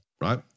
Right